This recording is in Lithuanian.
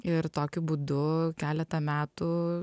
ir tokiu būdu keletą metų